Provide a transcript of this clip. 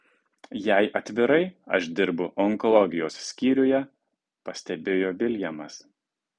jei atvirai aš dirbu onkologijos skyriuje pastebėjo viljamas